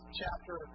chapter